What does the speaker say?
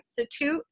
Institute